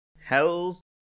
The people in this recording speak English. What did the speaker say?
Hells